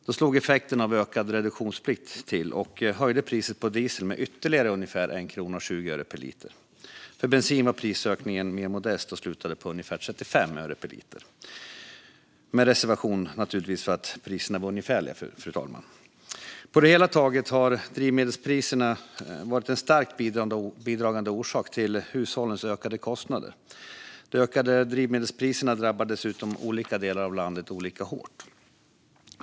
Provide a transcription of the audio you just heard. Då slog effekten av ökad reduktionsplikt till och höjde priset på diesel med ytterligare ungefär 1,20 kronor per liter. För bensin var prisökningen mer modest och slutade på ungefär 35 öre per liter, med reservation för att priserna är ungefärliga. På det hela taget har drivmedelspriserna varit en starkt bidragande orsak till hushållens ökade kostnader. De ökade drivmedelspriserna drabbar dessutom olika delar av landet olika hårt.